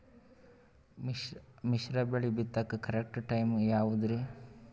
ಮಿಶ್ರತಳಿ ಬಿತ್ತಕು correct time ಯಾವುದರಿ?